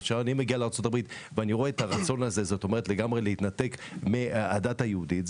כשאני מגיע לארצות-הברית ורואה את הרצון הזה לגמרי להתנתק מהדת היהודית,